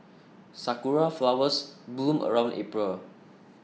sakura flowers bloom around April